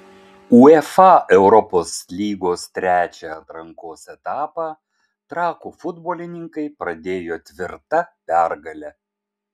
uefa europos lygos trečią atrankos etapą trakų futbolininkai pradėjo tvirta pergale